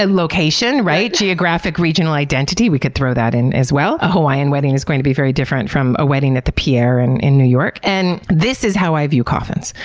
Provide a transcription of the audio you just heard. and location, right? geographic, regional identity. we could throw that in as well. a hawaiian wedding is going to be very different from a wedding at the pierre and in new york. and this is how i view coffins.